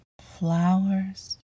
Flowers